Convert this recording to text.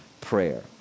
prayer